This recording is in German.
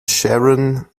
sharon